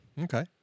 Okay